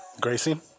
Gracie